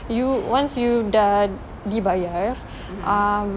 you once you dah dibayar um